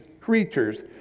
creatures